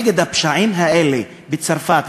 נגד הפשעים האלה בצרפת,